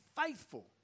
faithful